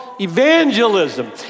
evangelism